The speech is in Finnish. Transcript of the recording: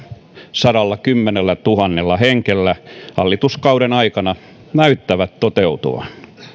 sadallakymmenellätuhannella hengellä hallituskauden aikana näyttävät toteutuvan